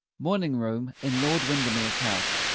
morning-room in lord windermere's house.